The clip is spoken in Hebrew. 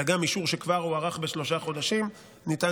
אלא גם אישור שכבר הוארך בשלושה חודשים ניתן